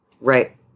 Right